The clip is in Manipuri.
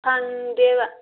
ꯐꯪꯗꯦꯕ